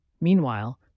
Meanwhile